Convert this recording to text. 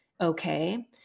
okay